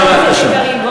אתה משקר לציבור בעיניים.